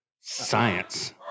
Science